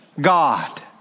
God